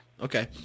Okay